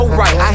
right